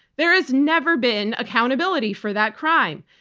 there has never been accountability for that crime.